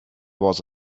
was